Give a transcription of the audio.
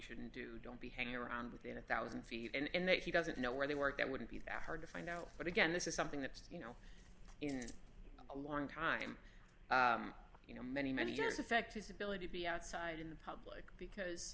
shouldn't do don't be hanging around within a one thousand feet and if he doesn't know where they work that wouldn't be that hard to find out but again this is something that you know in a long time you know many many years affect his ability to be outside in the public because